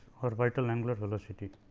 orbital angular velocity.